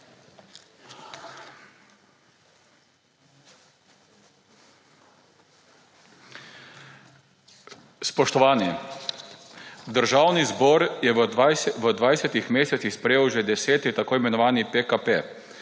Spoštovani! Državni zbor je v dvajsetih mesecih sprejel že deseti tako imenovani